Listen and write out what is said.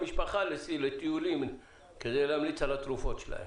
משפחה לטיולים כדי להמליץ על התרופות שלהן.